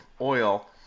oil